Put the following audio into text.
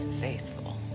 faithful